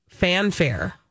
Fanfare